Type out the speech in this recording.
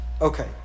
Okay